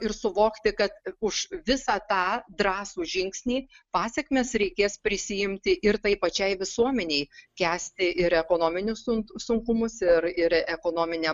ir suvokti kad už visą tą drąsų žingsnį pasekmes reikės prisiimti ir taip pačiai visuomenei kęsti ir ekonominius sun sunkumus ir ir ekonominę